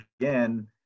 again